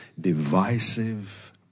divisive